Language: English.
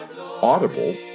Audible